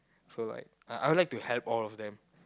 so I I would like to help all of them